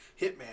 hitman